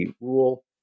rule